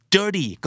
Dirty